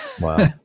Wow